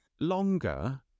longer